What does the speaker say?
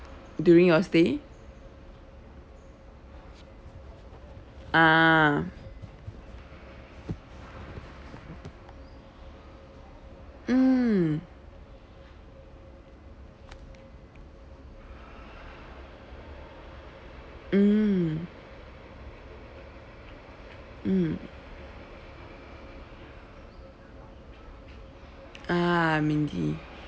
during your stay ah mm mm mm ah mean he